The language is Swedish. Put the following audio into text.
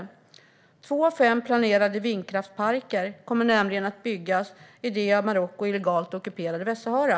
Två av fem planerade vindkraftsparker kommer nämligen att byggas i det av Marocko illegalt ockuperade Västsahara.